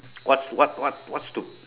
what what what what to